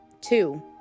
Two